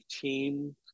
team